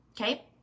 okay